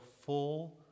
full